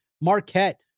Marquette